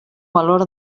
valor